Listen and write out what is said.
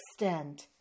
extend